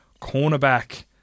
Cornerback